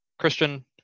Christian